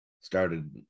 started